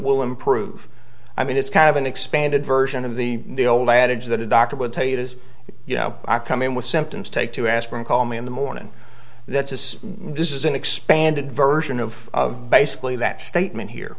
will improve i mean it's kind of an expanded version of the old adage that a doctor would tell you is you know i come in with symptoms take two aspirin call me in the morning that's is this is an expanded version of basically that statement here